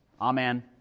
Amen